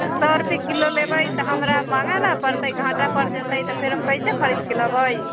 सए रुपए किलो लेबै तऽ हमरा महँगा न पड़तै घाटा पड़ि जेतै तऽ फेर हम कैसे खरीदके लयबै